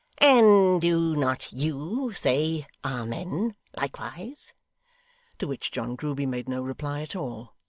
and do not you say amen, likewise to which john grueby made no reply at all,